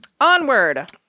onward